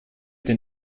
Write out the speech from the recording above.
den